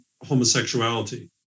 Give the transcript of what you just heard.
homosexuality